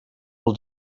del